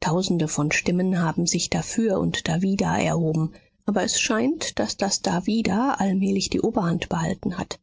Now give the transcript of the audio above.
tausende von stimmen haben sich dafür und dawider erhoben aber es scheint daß das dawider allmählich die oberhand behalten hat